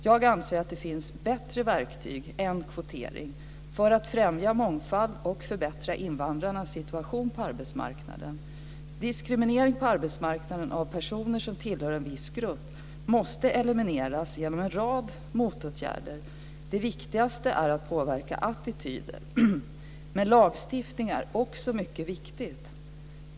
Jag anser att det finns bättre verktyg än kvotering för att främja mångfald och förbättra invandrarnas situation på arbetsmarknaden. Diskriminering på arbetsmarknaden av personer som tillhör en viss grupp måste elimineras genom en rad motåtgärder. Det viktigaste är att påverka attityder. Men lagstiftningen är också mycket viktig.